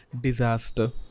disaster